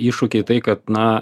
iššūkiai tai kad na